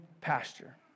pasture